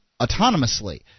autonomously